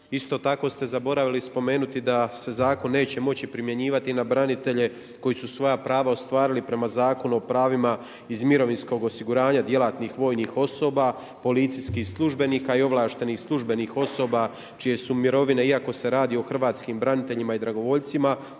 Isto tako ste zaboravili spomenuti da se zakon neće moći primjenjivati na branitelje, koji su svoja prava ostvarili prema Zakonu o pravima iz mirovinskog osiguranja, djelatnih vojnih osoba, policijskih službenika i ovlaštenih službenih osoba čije su mirovine, iako se radi o hrvatskim braniteljima i dragovoljcima,